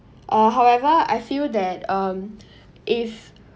uh however I feel that um if